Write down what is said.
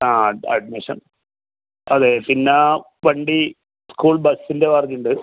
ആ അഡ്മിഷൻ അതെ പിന്നെ വണ്ടി സ്കൂൾ ബസ്സിൻ്റെ വേറെ ഉണ്ട്